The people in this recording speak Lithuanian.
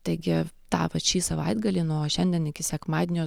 taigi tą vat šį savaitgalį nuo šiandien iki sekmadienio